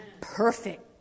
Perfect